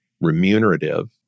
remunerative